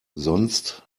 sonst